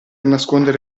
nascondere